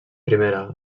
primera